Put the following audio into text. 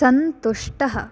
सन्तुष्टः